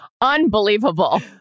Unbelievable